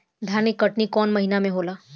धान के कटनी कौन महीना में होला?